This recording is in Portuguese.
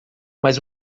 mas